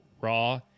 raw